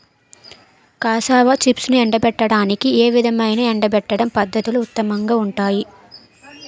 Cassava చిప్స్ను ఎండబెట్టడానికి ఏ విధమైన ఎండబెట్టడం పద్ధతులు ఉత్తమంగా ఉంటాయి?